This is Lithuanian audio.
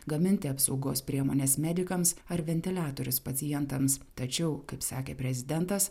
gaminti apsaugos priemones medikams ar ventiliatorius pacientams tačiau kaip sakė prezidentas